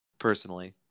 personally